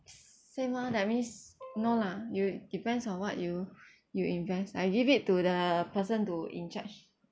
same ah that means no lah you depends on what you you invest I give it to the person to in charge